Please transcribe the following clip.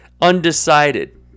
undecided